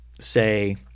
say –